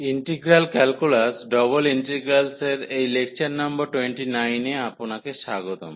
integral calculus double ইন্টিগ্রালসের এই lecture number 29 এ আপনাকে স্বাগতম